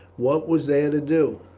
what was there to do?